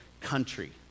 country